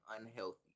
unhealthy